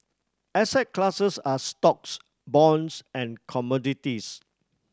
asset classes are stocks bonds and commodities